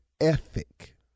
ethic